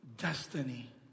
destiny